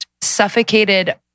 suffocated